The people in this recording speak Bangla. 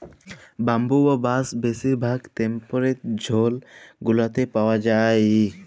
ব্যাম্বু বা বাঁশ বেশির ভাগ টেম্পরেট জোল গুলাতে পাউয়া যায়